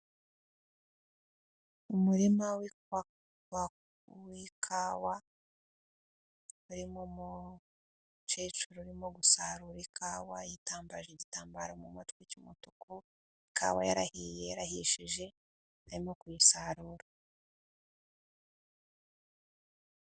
Umurima w'ikawa, harimo umukecuru urimo gusarura ikawa, yitambaje igitambaro mu matwi cy'umutuku, ikawa yarahiye yarahishije, arimo kuyisarura.